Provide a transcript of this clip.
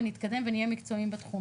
ונתקדם ונהיה מקצועיים בתחום.